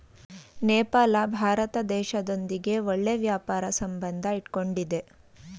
ನೇಪಾಳ ಭಾರತ ದೇಶದೊಂದಿಗೆ ಒಳ್ಳೆ ವ್ಯಾಪಾರ ಸಂಬಂಧ ಇಟ್ಕೊಂಡಿದ್ದೆ